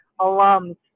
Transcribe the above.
alums